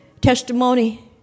testimony